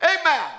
Amen